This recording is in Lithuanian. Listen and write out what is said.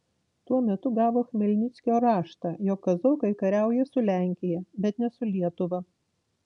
tuo metu gavo chmelnickio raštą jog kazokai kariauja su lenkija bet ne su lietuva